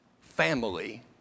family